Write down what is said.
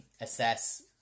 assess